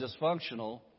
dysfunctional